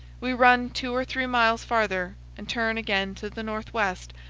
we run two or three miles farther and turn again to the northwest,